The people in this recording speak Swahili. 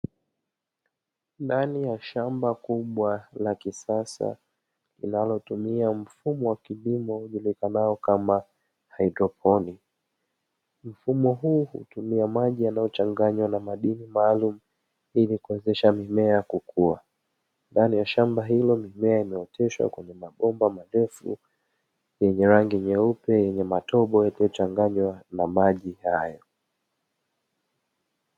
Ndani ya shamba kubwa la kisasa, linalotumia mfumo wa kilimo ujulikanao kama haidroponi, mfumo huu hutumia maji yanayochanganywa na madini maalumu ili kuwezesha mimea kukua. Ndani ya shamba hilo mimea imeoteshwa kwenye mabomba marefu yenye rangi nyeupe yenye matobo yaliyo changanywa na maji hayo.